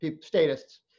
statists